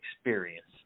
experience